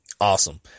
Awesome